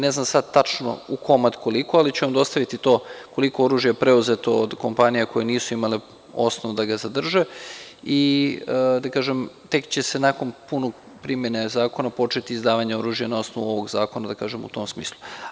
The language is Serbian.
Ne znam sada tačno u komad koliko, ali ću vam dostaviti to koliko oružja je preuzeto od kompanija koje nisu imale osnov da ga zadrže, i tek će se nakon pune primene Zakona početi izdavanje oružja na osnovu ovog Zakona, u tom smislu.